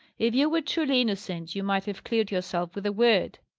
if you were truly innocent, you might have cleared yourself with a word.